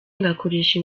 ngakoresha